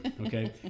Okay